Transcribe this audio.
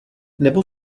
nebo